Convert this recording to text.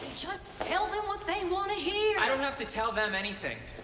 just tell them what they want to hear. i don't have to tell them anything.